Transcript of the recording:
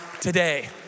today